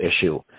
issue